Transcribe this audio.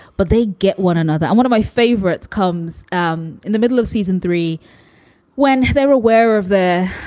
but they get one another and one of my favorites comes um in the middle of season three when they're aware of the,